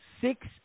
six